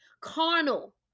carnal